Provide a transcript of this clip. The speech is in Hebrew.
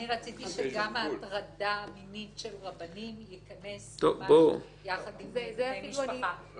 אני רציתי שגם הטרדה מינית של רבנים תיכנס כבר יחד עם בני משפחה.